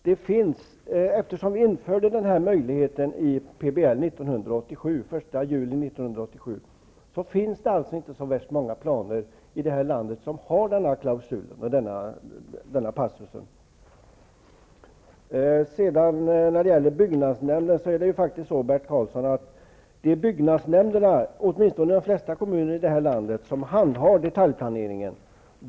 Fru talman! Eftersom vi införde denna möjlighet i plan och bygglagen den 1 juli 1987 finns det inte så många planer i landet som innehåller denna passus. I de flesta kommuner i landet är det faktiskt byggnadsnämnden som handhar detaljplaneringen, Bert Karlsson.